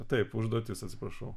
taip užduotis atsiprašau